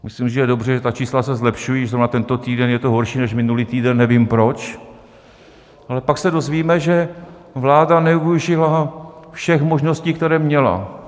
Myslím si, že je dobře, že ta čísla se zlepšují, zrovna tento týden je to horší než minulý týden, nevím proč, ale pak se dozvíme, že vláda nevyužila všech možností, které měla.